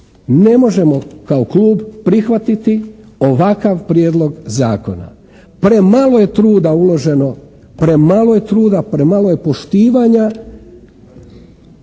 ne možemo kao klub prihvatiti ovakav prijedlog zakona. Premalo je truda uloženo, premalo je truda,